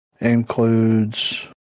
includes